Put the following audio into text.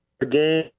Again